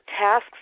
tasks